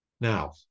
Now